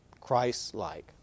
Christ-like